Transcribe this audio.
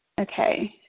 Okay